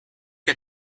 der